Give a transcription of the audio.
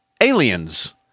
aliens